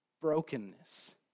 brokenness